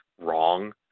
wrong